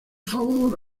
favor